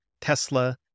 Tesla